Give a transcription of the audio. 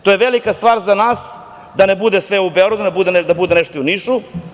To je velika stvar za nas, da ne bude sve u Beogradu, da bude nešto i u Nišu.